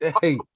Hey